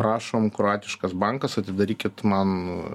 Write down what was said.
prašom kroatiškas bankas atidarykit man